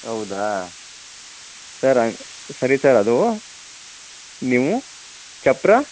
ಹೌದಾ ಸರ್ ಸರಿ ಸರ್ ಅದು ನೀವು ಚಪ್ಪರ